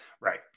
Right